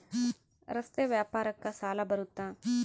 ರಸ್ತೆ ವ್ಯಾಪಾರಕ್ಕ ಸಾಲ ಬರುತ್ತಾ?